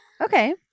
Okay